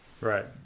Right